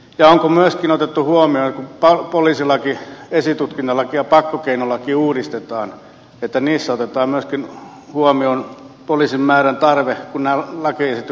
ja onko myöskin otettu huomioon kun poliisilaki esitutkintalaki ja pakkokeinolaki uudistetaan että niissä otetaan myöskin huomioon poliisien määrän tarve kun nämä lakiesitykset tulevat voimaan